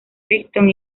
brighton